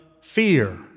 fear